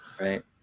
Right